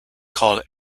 called